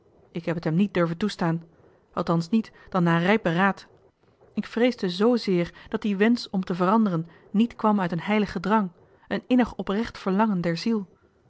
ik heb het hem niet durven toestaan althans niet dan na rijp beraad ik vreesde zoozeer dat die wensch om te johan de meester de zonde in het deftige dorp veranderen niet kwam uit een heiligen drang een innig oprecht verlangen der ziel